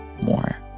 more